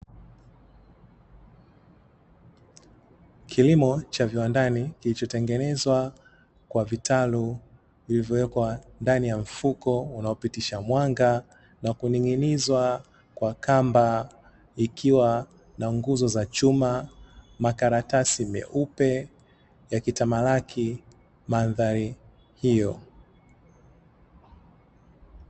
Kilimo cha viwandani kilichotengenezwa kwa vitalu, vilivyowekwa ndani ya mfuko unaopitisha mwanga na kuning'inizwa kwa kamba ikiwa na nguzo za chuma, makaratasi meupe yakitamalaki mandhari hiyo.